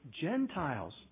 Gentiles